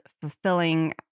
fulfilling